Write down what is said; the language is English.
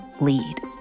lead